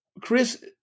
Chris